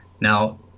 Now